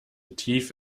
tief